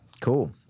cool